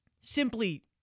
simply